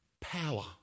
power